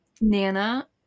Nana